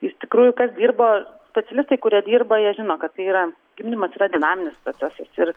iš tikrųjų kas dirba specialistai kurie dirba jie žino kad tai yra gimdymas yra dinaminis procesas ir